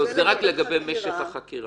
זה רק לגבי משך החקירה.